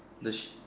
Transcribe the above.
leash